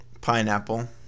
Pineapple